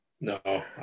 No